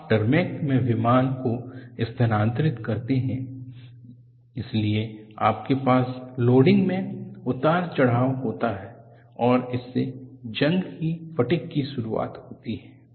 आप टरमैक में विमान को स्थानांतरित करते हैं इसलिए आपके पास लोडिंग में उतार चढ़ाव होता है और इससे जंग की फटिग की शुरुआत होती है